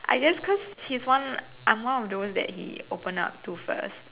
I guess cause he's one I'm one of the ones he open up to first